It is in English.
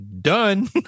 done